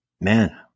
man